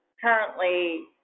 currently